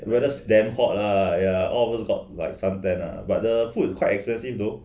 weather damm hot ah ya all of us got like sun tan lah but the food quite expensive though